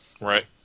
Right